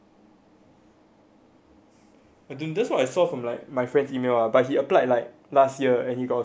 but that's what I saw from like my friends email lah but he applied like last year and he got a place last year already